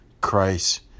Christ